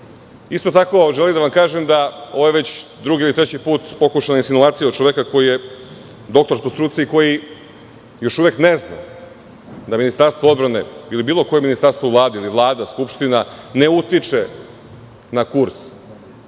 tako želim da vam kažem da je ovo drugi ili treći put pokušaj insinuacije od čoveka koji je doktor po struci i koji još uvek ne zna da Ministarstvo odbrane ili bilo koje ministarstvo u Vladi ili Vlada ili Skupština ne utiče na kurs.